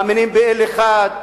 מאמינים באל אחד,